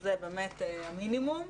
שזה באמת המינימום,